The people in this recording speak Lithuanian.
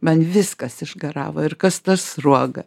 man viskas išgaravo ir kas tas sruoga